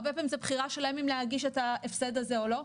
הרבה פעמים זו בחירה שלהם אם להגיש את ההפסד הזה או לא,